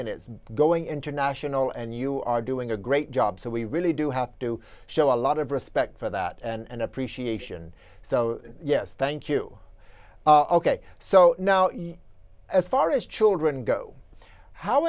and it's going international and you are doing a great job so we really do have to show a lot of respect for that and appreciation so yes thank you ok so now as far as children go how